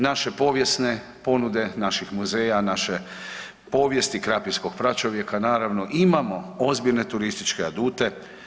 Naše povijesne ponude naših muzeja, naše povijesti Krapinskog pračovjeka naravno, imam ozbiljne turističke adute.